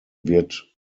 wird